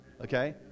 okay